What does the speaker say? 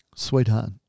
Sweetheart